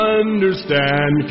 understand